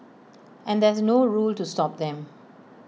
and there's no rule to stop them